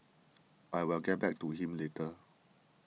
I will get back to him later